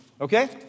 okay